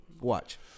Watch